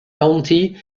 county